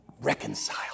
reconcile